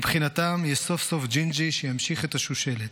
מבחינתם יש סוף-סוף ג'ינג'י שימשיך את השושלת.